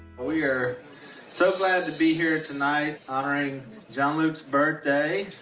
we are so glad to be here tonight honoring john luke's birthday.